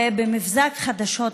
ובמבזק חדשות